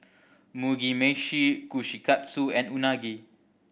Mugi Meshi Kushikatsu and Unagi